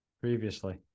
previously